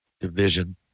division